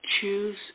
choose